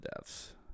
deaths